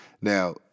Now